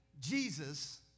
Jesus